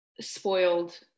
spoiled